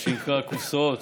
מה שנקרא קופסאות.